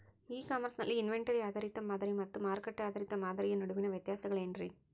E commerce ನಲ್ಲಿ inventory ಆಧಾರಿತ ಮಾದರಿ ಮತ್ತ ಮಾರುಕಟ್ಟೆ ಆಧಾರಿತ ಮಾದರಿಯ ನಡುವಿನ ವ್ಯತ್ಯಾಸಗಳೇನ ರೇ?